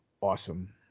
awesome